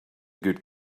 good